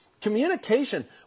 Communication